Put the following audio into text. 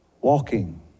Walking